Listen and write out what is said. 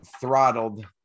throttled